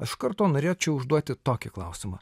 iš karto norėčiau užduoti tokį klausimą